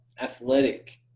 athletic